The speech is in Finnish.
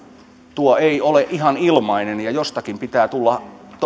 tuo ei ole ihan ilmainen ja jostakin pitää tulla